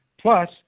Plus